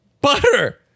Butter